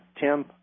Tim